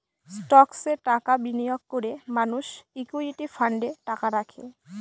স্টকসে টাকা বিনিয়োগ করে মানুষ ইকুইটি ফান্ডে টাকা রাখে